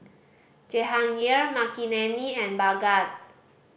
Jehangirr Makineni and Bhagat